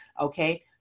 okay